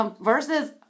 Versus